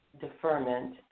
deferment